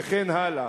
וכן הלאה.